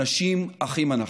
אנשים אחים אנחנו.